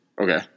Okay